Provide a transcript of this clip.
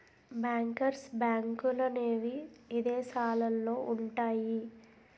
bankers బ్యాంకులనేవి ఇదేశాలల్లో ఉంటయ్యి